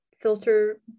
filter